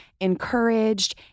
encouraged